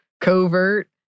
covert